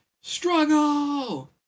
struggle